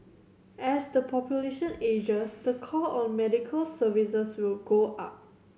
as the population ages the call on medical services will go up